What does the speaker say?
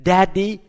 Daddy